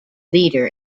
leader